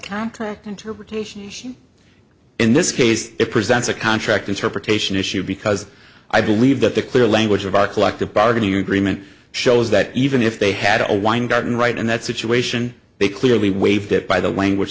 contract interpretation in this case it presents a contract interpretation issue because i believe that the clear language of our collective bargaining agreement shows that even if they had a weingarten right in that situation they clearly waived it by the language